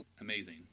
amazing